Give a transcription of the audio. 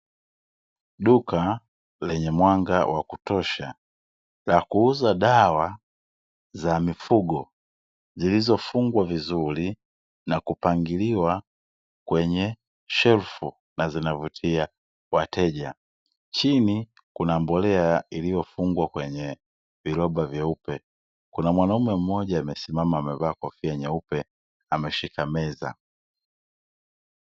Duka lenye mwanga wa kutosha la kuuza dawa za mifugo zilizofungwa vizuri na kupangiliwa kwenye shelfu na zinavutia wateja, chini kuna mbolea iliyofungwa kwenye viroba vyeupe, kuna mwanaume mmoja amesimama amevaa kofia nyeupe ameshika meza.